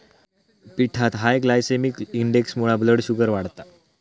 पिठात high glycaemic इंडेक्समुळा blood sugar वाढता